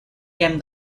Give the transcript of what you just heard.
came